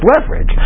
leverage